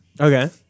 Okay